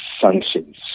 sanctions